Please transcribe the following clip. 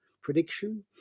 prediction